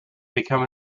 become